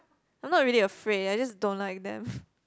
I'm not really afraid I just don't like them